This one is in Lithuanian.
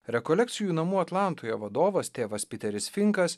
rekolekcijų namų atlantoje vadovas tėvas piteris finkas